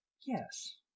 Yes